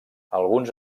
alguns